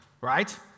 right